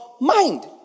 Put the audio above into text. mind